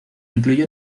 incluyó